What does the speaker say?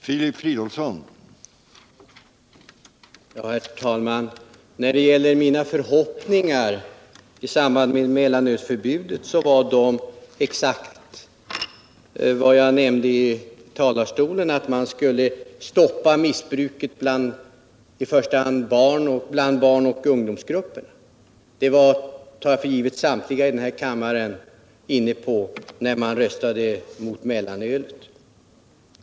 Herr talman! Mina förhoppningar i samband med mellanölsförbudet var exakt vad jag nämnde i talarstolen, nämligen att man skulle stoppa missbruket bland i första hand barnoch ungdomsgrupperna. Det var — tar jag för givet — samtliga här i kammaren inne på när man röstade mot mellanölet.